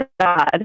god